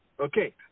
Okay